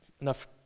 enough